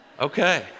Okay